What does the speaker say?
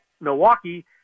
Milwaukee